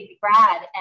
Brad